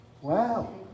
Wow